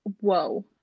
Whoa